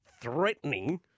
threatening